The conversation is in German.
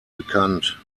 bekannt